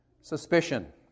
suspicion